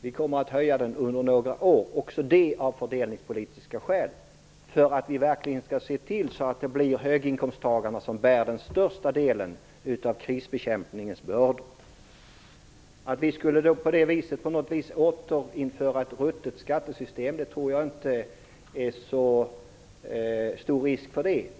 Vi kommer att höja den under några år, också det av fördelningspolitiska skäl, för att vi verkligen skall se till att det blir höginkomsttagarna som bär den största delen av krisbekämpningens bördor. Att vi på det sättet på något vis skulle återinföra ett ruttet skattesystem tror jag inte att det är så stor risk för.